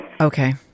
Okay